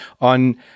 on